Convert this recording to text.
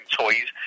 toys